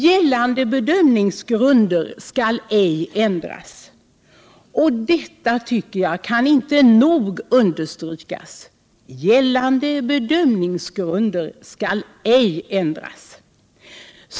Gällande bedömningsgrunder skall ej ändras — detta kan, tycker jag, inte nog understrykas.